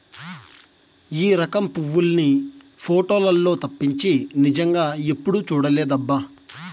ఈ రకం పువ్వుల్ని పోటోలల్లో తప్పించి నిజంగా ఎప్పుడూ చూడలేదబ్బా